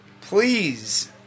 please